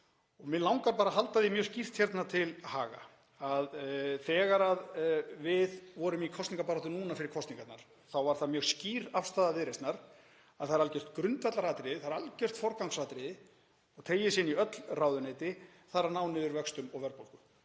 og mig langar bara að halda því mjög skýrt til haga að þegar við vorum í kosningabaráttu núna fyrir kosningarnar var það mjög skýr afstaða Viðreisnar að það er algjört grundvallaratriði, það er algjört forgangsatriði og teygir sig inn í öll ráðuneyti að ná niður vöxtum og verðbólgu.